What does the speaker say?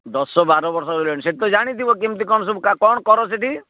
ଦଶ ବାର ବର୍ଷ ରହିଲଣି ସେଠି ତ ଜାଣିଥିବ କେମିତି କ'ଣ ସବୁ କ'ଣ କର ସେଠି